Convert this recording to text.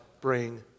bring